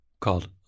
called